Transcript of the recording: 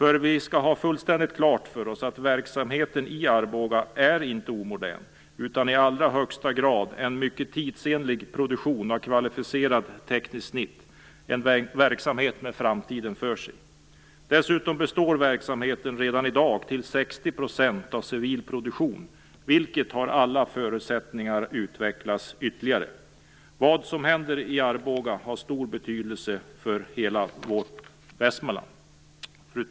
Vi skall nämligen ha fullständigt klart för oss att verksamheten i Arboga inte är omodern utan i allra högsta grad en mycket tidsenlig produktion av kvalificerat tekniskt snitt, en verksamhet med framtiden för sig. Dessutom består verksamheten redan i dag till 60 % av civil produktion, vilken har alla förutsättningar att utvecklas ytterligare. Vad som händer i Arboga har stor betydelse för hela vårt län Västmanland.